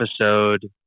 episode